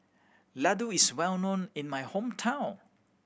laddu is well known in my hometown